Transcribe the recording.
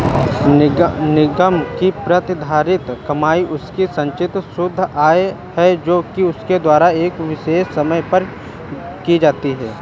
निगम की प्रतिधारित कमाई उसकी संचित शुद्ध आय है जो उसके द्वारा एक विशेष समय पर की जाती है